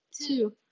two